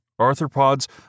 arthropods